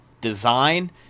design